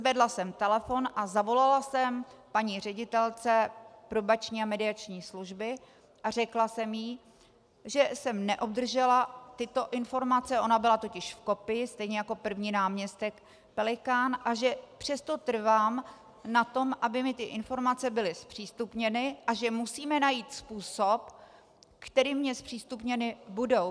Zvedla jsem telefon a zavolala jsem paní ředitelce Probační a mediační služby a řekla jsem jí, že jsem neobdržela tyto informace, ona byla totiž v kopii stejně jako první náměstek Pelikán, a že přesto trvám na tom, aby mi ty informace byly zpřístupněny, a že musíme najít způsob, kterým mně zpřístupněny budou.